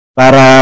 para